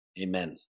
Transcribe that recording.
amen